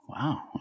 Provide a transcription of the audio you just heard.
Wow